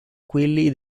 quelli